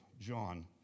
John